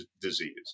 disease